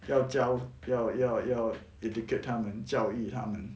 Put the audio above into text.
要教要要要 educate 他们教育他们